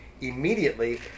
immediately